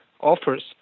offers